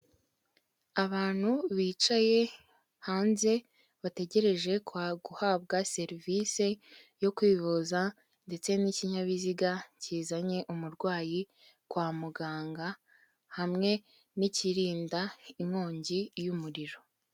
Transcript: Abantu bicaye hanze bategereje guhabwa serivise yo kwivuza ndetse n'ikinyabiziga kizanye umurwayi kwa muganga hamwe n'ikirinda inkongi y'umuriro.